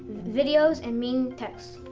videos, and mean texts.